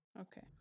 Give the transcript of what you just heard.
Okay